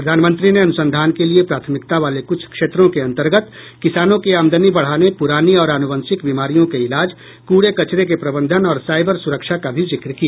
प्रधानमंत्री ने अन्संधान के लिए प्राथमिकता वाले कुछ क्षेत्रों के अंतर्गत किसानों की आमदनी बढाने पुरानी और आनुवंशिक बीमारियों के इलाज कचरा प्रबंधन और साइबर सुरक्षा का भी जिक्र किया